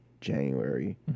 January